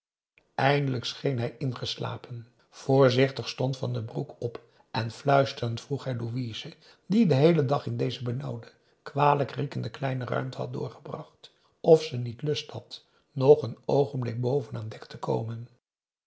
scheen hij ingeslapen voorzichtig stond van den broek op en fluisterend vroeg hij louise die den heelen dag in deze benauwde kwalijk riekende kleine ruimte had doorgebracht of ze niet lust had nog een oogenblik boven aan dek te komen